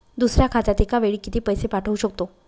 दुसऱ्या खात्यात एका वेळी किती पैसे पाठवू शकतो?